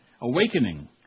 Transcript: Awakening